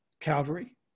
Calvary